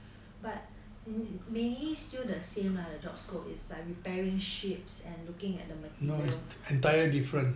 but in mainly still the same lah the job scope is repairing ships and looking at the materials